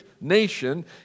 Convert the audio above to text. nation